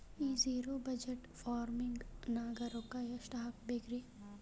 ಈ zero budget farming ನಾಗ್ ರೊಕ್ಕ ಎಷ್ಟು ಹಾಕಬೇಕರಿ?